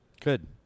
Good